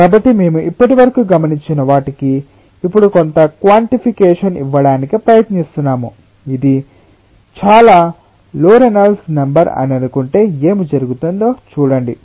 కాబట్టి మేము ఇప్పటివరకు గమనించిన వాటికి ఇప్పుడు కొంత క్వాంటిఫికెషన్ ఇవ్వడానికి ప్రయత్నిస్తున్నాము ఇది చాలా లో రేనాల్డ్స్ నెంబర్ అని అనుకుంటే ఏమి జరుగుతుందో చూడండి